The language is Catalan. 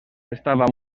estava